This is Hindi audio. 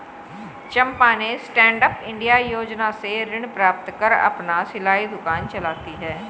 चंपा ने स्टैंडअप इंडिया योजना से ऋण प्राप्त कर अपना सिलाई दुकान चलाती है